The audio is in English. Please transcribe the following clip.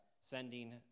sending